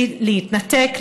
להתנתק,